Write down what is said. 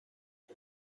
you